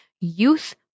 youth